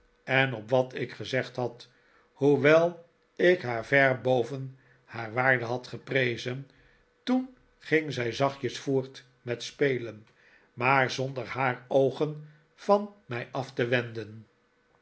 en op wat ik gezegd had hoewel ik haar ver boven haar waarde had geprezen toen ging zij zachtjes voort met spelen maar zonder haar oogen van mij af te wenden